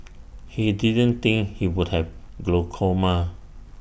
he didn't think he would have glaucoma